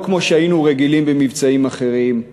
לא כמו שהיינו רגילים במבצעים אחרים,